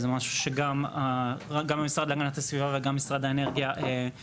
זה משהו שגם המשרד להגנת הסביבה וגם משרד האנרגיה צברו בו